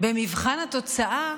במבחן התוצאה,